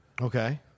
Okay